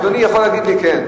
אני רוצה להציע הצעה.